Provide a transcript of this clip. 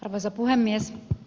arvoisa puhemies